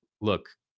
look